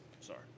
Sorry